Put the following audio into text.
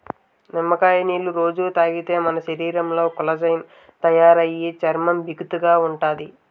నిమ్మకాయ నీళ్ళు రొజూ తాగితే మన శరీరంలో కొల్లాజెన్ తయారయి చర్మం బిగుతుగా ఉంతాది